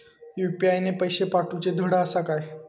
UPI ने पैशे पाठवूचे धड आसा काय?